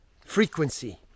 frequency